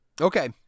Okay